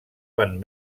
van